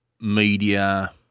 media